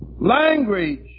language